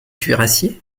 cuirassiers